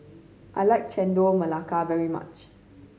I like Chendol Melaka very much